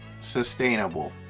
sustainable